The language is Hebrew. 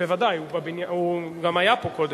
בוודאי, הוא גם היה פה קודם.